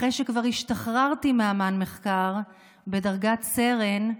אחרי שכבר השתחררתי מאמ"ן מחקר בדרגת סרן,